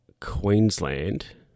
Queensland